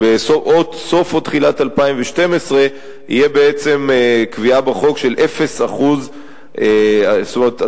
או בסוף או בתחילת 2012 תהיה בעצם קביעה בחוק של 0%. זאת אומרת,